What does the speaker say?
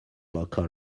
local